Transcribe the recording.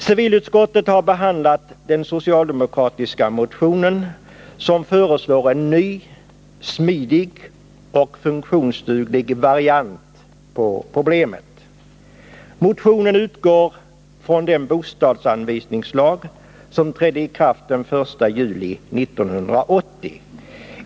Civilutskottet har behandlat den socialdemokratiska motion i vilken föreslås en ny, smidig och funktionsduglig lösning på problemet. Förslaget i motionen utgår från den bostadsanvisningslag som trädde i kraft den 1 juli 1980.